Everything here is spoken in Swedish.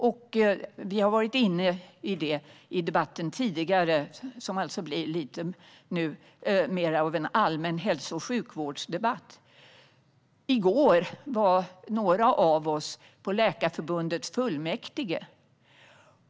Vi har talat om detta tidigare i den här debatten, som nu alltså blir lite av en allmän hälso och sjukvårdsdebatt. I går var några av oss på Läkarförbundets fullmäktige.